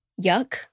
yuck